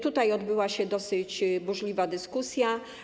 Tutaj odbyła się dosyć burzliwa dyskusja.